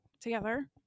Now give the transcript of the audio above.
together